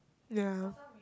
ya